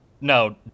No